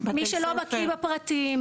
מי שלא בקיא בפרטים,